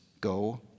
go